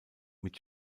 mit